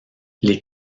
les